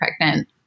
pregnant